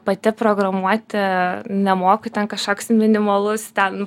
pati programuoti nemoku ten kažkoks minimalus ten